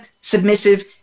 submissive